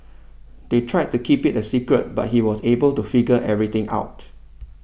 they tried to keep it a secret but he was able to figure everything out